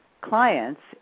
clients